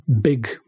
big